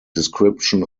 description